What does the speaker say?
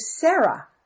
Sarah